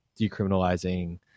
decriminalizing